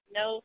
no